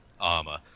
armor